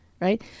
right